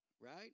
Right